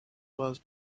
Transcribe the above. was